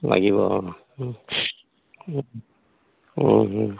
লাগিব অঁ